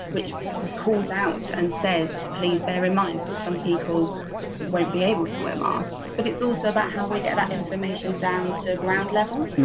which calls out and says please bear in some people won't be able to wear masks. but it's also about how we get that information down to ground level,